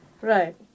Right